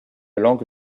langue